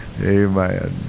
Amen